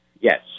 Yes